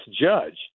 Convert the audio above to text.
judge